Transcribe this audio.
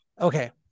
Okay